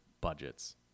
budgets